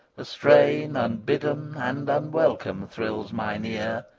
a strain, unbidden and unwelcome, thrills mine ear,